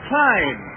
time